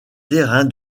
terrain